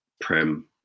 Prem